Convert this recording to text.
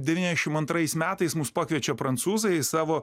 devyniasdešim antrais metais mus pakviečia prancūzai į savo